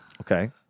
Okay